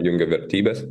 jungia vertybes